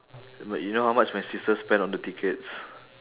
but you know how much my sister spend on the tickets